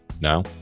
Now